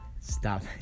stop